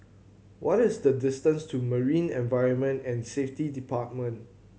what is the distance to Marine Environment and Safety Department